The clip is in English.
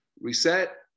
Reset